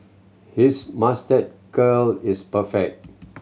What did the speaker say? his moustache curl is perfect